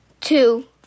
two